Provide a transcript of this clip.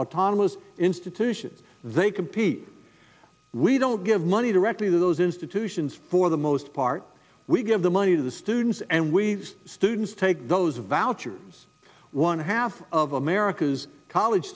autonomous institutions they compete we don't give money directly to those institutions for the most part we give the money to the students and we students take those vouchers one half of america's college